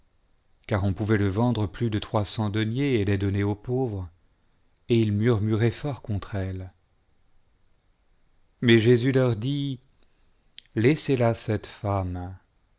car on pouvait le vendre lus de trois cents deniers et es donner aux pauvres et ils murmuraient fort contre elle mais jésus leur dit laissez là cette femme